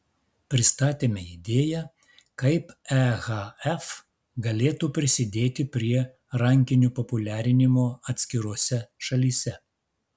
pristatėme idėją kaip ehf galėtų prisidėti prie rankinio populiarinimo atskirose šalyse